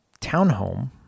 townhome